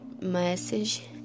message